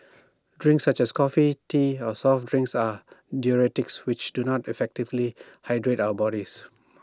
drinks such as coffee tea or soft drinks are diuretics which do not effectively hydrate our bodies